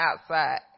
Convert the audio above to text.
outside